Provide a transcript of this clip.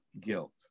guilt